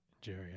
Jerry